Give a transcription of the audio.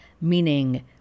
meaning